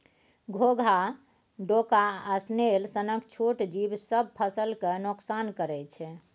घोघा, डोका आ स्नेल सनक छोट जीब सब फसल केँ नोकसान करय छै